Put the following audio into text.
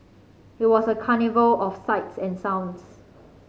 it was a carnival of sights and sounds